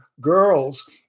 girls